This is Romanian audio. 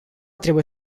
trebuie